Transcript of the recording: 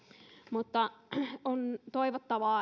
mutta on toivottavaa